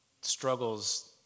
struggles